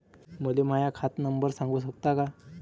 मले माह्या खात नंबर सांगु सकता का?